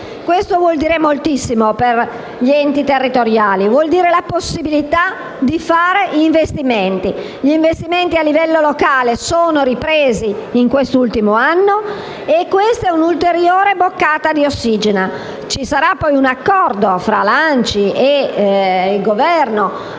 Questo vuol dire moltissimo per gli enti territoriali: significa la possibilità di fare investimenti. Gli investimenti a livello locale sono ripresi in quest'ultimo anno e questa è un'ulteriore boccata di ossigeno. Ci sarà poi un accordo tra l'ANCI e il Governo